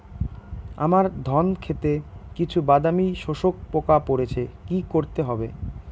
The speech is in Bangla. আমার ধন খেতে কিছু বাদামী শোষক পোকা পড়েছে কি করতে হবে?